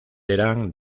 eran